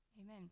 Amen